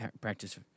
practice